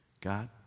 God